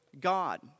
God